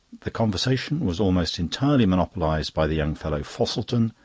the conversation was almost entirely monopolised by the young fellow fosselton,